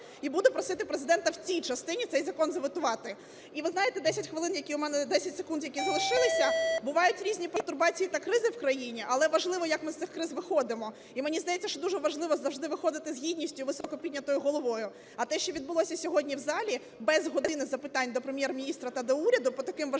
і буду просити Президента в цій частині цей закон заветувати. І ви знаєте, 10 хвилин, які у мене... 10 секунд, які залишилися. Бувають різні перетрубації та кризи в країні, але важливо, як ми з цих криз виходимо. І мені здається, що дуже важливо завжди виходити з гідністю і високо піднятою головою. А те, що відбулося сьогодні в залі без години запитань до Прем'єр-міністра та до уряду по таким важливим